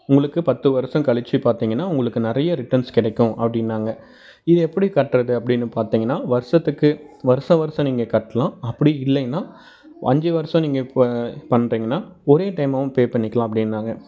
உங்களுக்கு பத்து வருஷம் கழிச்சு பார்த்தீங்கன்னா உங்களுக்கு நிறைய ரிட்டன்ஸ் கிடைக்கும் அப்படின்னாங்க இது எப்படி கட்டுறது அப்படின்னு பார்த்தீங்கன்னா வருஷத்துக்கு வருஷ வருஷம் நீங்கள் கட்டலாம் அப்படி இல்லேன்னா அஞ்சு வருஷம் நீங்கள் இப்போ பண்ணுறீங்கன்னா ஒரே டைமாகவும் பே பண்ணிக்கல்லாம் அப்படினாங்க